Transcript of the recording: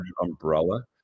umbrella